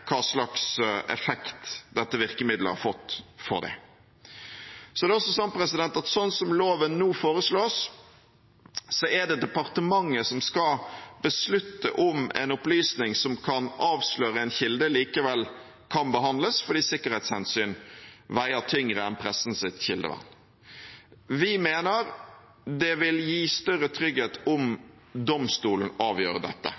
hva slags effekt dette virkemiddelet har fått for det. Sånn som loven nå foreslås, er det departementet som skal beslutte om en opplysning som kan avsløre en kilde, likevel kan behandles, fordi sikkerhetshensyn veier tyngre enn pressens kildevern. Vi mener det vil gi større trygghet om domstolen avgjør dette.